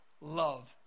love